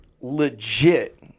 legit